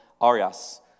Arias